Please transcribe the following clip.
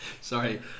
sorry